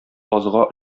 базга